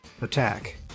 attack